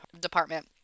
department